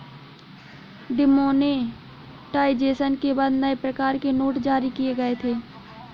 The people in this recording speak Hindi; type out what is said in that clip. डिमोनेटाइजेशन के बाद नए प्रकार के नोट जारी किए गए थे